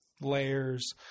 layers